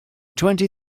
twenty